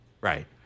Right